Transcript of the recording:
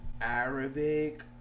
Arabic